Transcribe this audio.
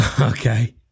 okay